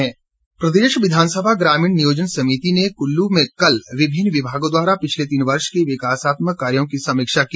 स्रमिति बैठक प्रदेश विधानसभा ग्रामीण नियोजन समिति ने कुल्लू में कल विभिन्न विभागों द्वारा पिछले तीन वर्ष के विकासात्मक कार्यों की समीक्षा की